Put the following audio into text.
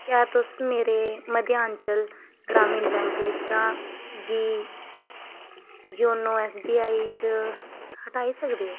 क्या तुस मेरे मध्यांचल ग्रामीण बैंक वीज़ा गी योनो ऐस्सबीआई चा हटाई सकदे ओ